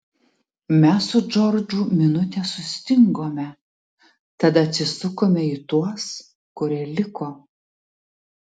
mes su džordžu minutę sustingome tada atsisukome į tuos kurie liko